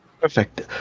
perfect